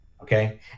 okay